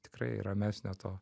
tikrai ramesnio to